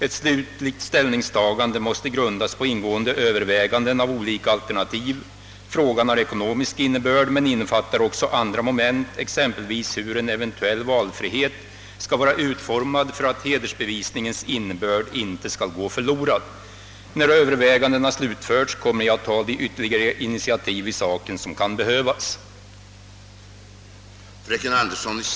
Ett slutligt ställningstagande måste grundas på ingående överväganden av olika alternativ, Frågan har ekonomisk innebörd men innefattar också andra moment, exempelvis hur en eventuell valfrihet skall vara utformad för att hedersbevisningens innebörd inte skall gå förlorad. När övervägandena slutförts kommer jag att ta de ytterligare initiativ i saken, som kan behövas.